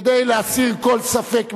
כדי להסיר כל ספק מלב,